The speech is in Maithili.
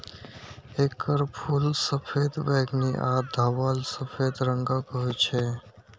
एकर फूल सफेद, बैंगनी आ धवल सफेद रंगक होइ छै